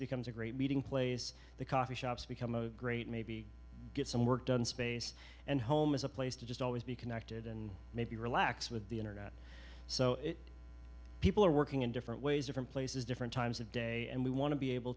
becomes a great meeting place the coffee shops become a great maybe get some work done space and home is a place to just always be connected and maybe relax with the internet so people are working in different ways different places different times of day and we want to be able